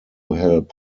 help